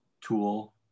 tool